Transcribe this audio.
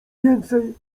więcej